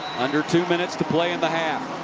under two minutes to play in the half.